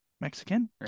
Mexican